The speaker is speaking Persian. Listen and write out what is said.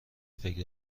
فکر